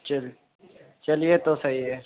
چلے چلیے تو صحیح ہے